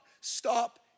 stop